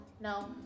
No